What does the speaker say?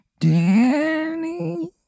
Danny